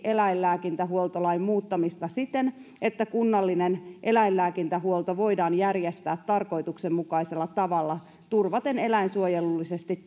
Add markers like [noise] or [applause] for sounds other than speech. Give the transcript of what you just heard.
eläinlääkintähuoltolain muuttamista siten että kunnallinen eläinlääkintähuolto voidaan järjestää tarkoituksenmukaisella tavalla turvaten eläinsuojelullisesti [unintelligible]